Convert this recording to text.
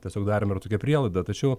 tiesiog daroma yra tokia prielaida tačiau